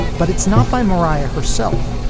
but it's not by mariah herself.